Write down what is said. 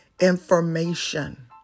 Information